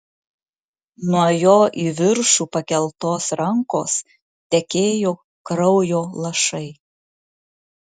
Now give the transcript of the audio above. nuo jo į viršų pakeltos rankos tekėjo kraujo lašai